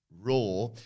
raw